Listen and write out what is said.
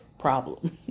problem